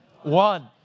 one